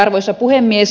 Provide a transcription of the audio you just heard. arvoisa puhemies